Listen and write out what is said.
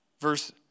Verse